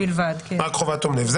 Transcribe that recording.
יש